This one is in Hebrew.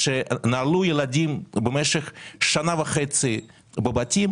שנעלו ילדים במשך שנה וחצי בבתים,